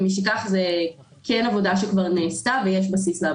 ומשכך זה עבודה שכבר נעשתה ויש לה בסיס.